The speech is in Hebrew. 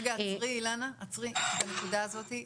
רגע, עצרי, אילנה, בנקודה הזאת.